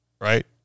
right